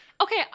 Okay